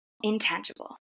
intangible